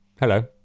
Hello